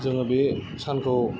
जोङो बे सानखौ